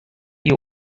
your